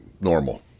normal